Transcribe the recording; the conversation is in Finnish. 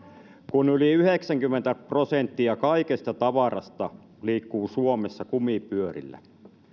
kun yli yhdeksänkymmentä prosenttia kaikesta tavarasta liikkuu suomessa kumipyörillä